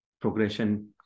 progression